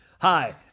Hi